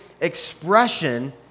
expression